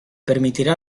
permitirá